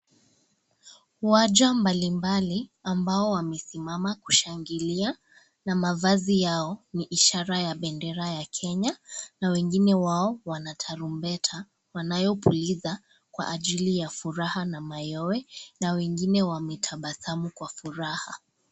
Waja mbali mbali, ambao wamesimama kushangilia, na mavazi yao ni ishara ya bendera ya Kenya, na wengine wao wana tarumbeta wanayo puliza kwa ajili ya furaha na mayowe, na wengine wanatabasamu kwa furaha.